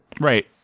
right